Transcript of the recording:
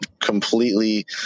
completely